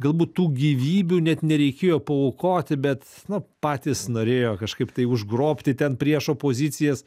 galbūt tų gyvybių net nereikėjo paaukoti bet na patys norėjo kažkaip tai užgrobti ten priešo pozicijas